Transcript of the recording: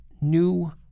new